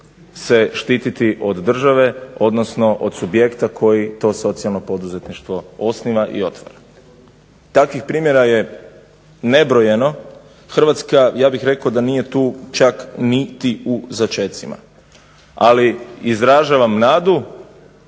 se štititi od država, odnosno od subjekta koji to socijalno poduzetništvo osniva i otvara. Takvih primjera je nebrojeno. Hrvatska ja bih rekao da nije tu čak niti u začecima. Ali izražavam nadu